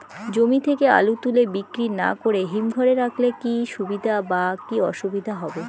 জমি থেকে আলু তুলে বিক্রি না করে হিমঘরে রাখলে কী সুবিধা বা কী অসুবিধা হবে?